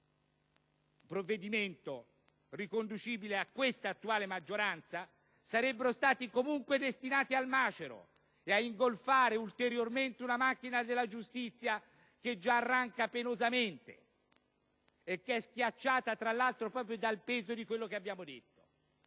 non è provvedimento riconducibile all'attuale maggioranza - sarebbero stati comunque destinati al macero e ad ingolfare ulteriormente una macchina della giustizia che già arranca penosamente, schiacciata tra l'altro proprio dal peso di quanto abbiamo detto.